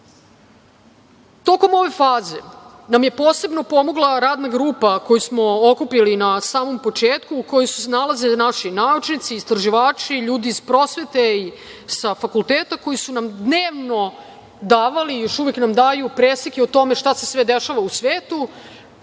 ove faze nam je posebno pomogla radna grupa koju smo okupili na samom početku u kojoj su se nalazili naši naučnici, istraživači, ljudi iz prosvete i sa fakulteta, koji su nam dnevno davali i još uvek nam daju preseke o tome šta se sve dešava u svetu,